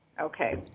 Okay